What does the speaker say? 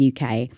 UK